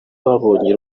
babonye